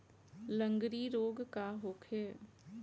लगंड़ी रोग का होखे?